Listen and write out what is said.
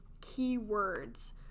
keywords